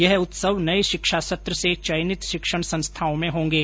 यह उत्सव नये शिक्षा सत्र से चयनित शिक्षण संस्थाओं में होंगे